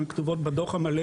הן כתובות בדוח המלא